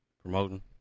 promoting